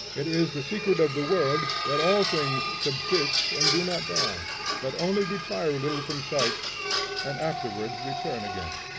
it is the secret of the world that all things subsist and do not die but only retire a little from sight and afterwards return again.